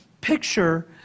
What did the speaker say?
picture